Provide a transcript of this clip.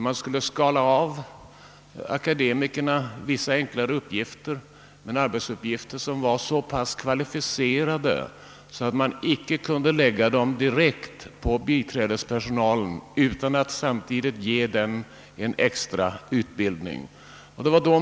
Man skulle skala av akademikerna vissa enklare uppgifter, som dock var så pass kvalificerade att man inte kunde lägga dem direkt på biträdespersonalen utan att samtidigt ge den en extra utbildning.